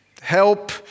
help